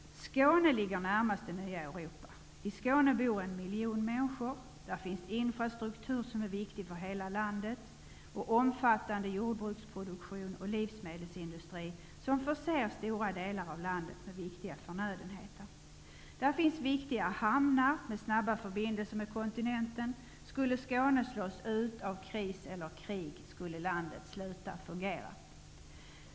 Skåne ligger närmast det nya Europa. I Skåne bor en miljon människor. Där finns infrastruktur som är viktig för hela landet och omfattande jordbruksproduktion och livsmedelsindustri som förser stora delar av landet med viktiga förnödenheter. Där finns viktiga hamnar med snabba förbindelser med kontinenten. Skulle Skåne slås ut av kris eller krig skulle landet sluta fungera.